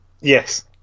Yes